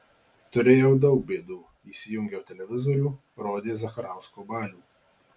turėjau daug bėdų įsijungiau televizorių rodė zakarausko balių